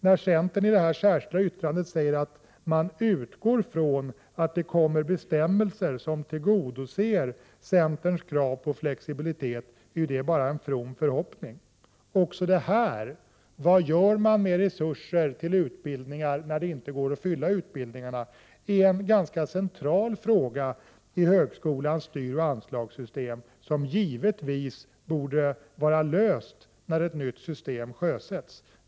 När centern i det särskilda yttrandet säger att man utgår från att det kommer bestämmelser som tillgodoser centerns krav på flexibilitet är det bara en from förhoppning. Också frågan om vad man gör med resurser till utbildningar när det inte går att fylla utbildningarna är ganska central i högskolans styroch anslagssystem och borde givetvis vara löst när ett nytt system sjösätts.